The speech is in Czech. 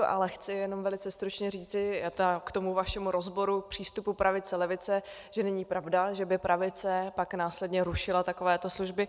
Ale chci jenom velice stručně říci k tomu vašemu rozboru přístupu pravice levice, že není pravda, že by pravice pak následně rušila takovéto služby.